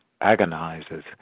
agonizes